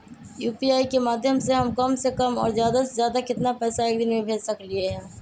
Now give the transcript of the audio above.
UPI के माध्यम से हम कम से कम और ज्यादा से ज्यादा केतना पैसा एक दिन में भेज सकलियै ह?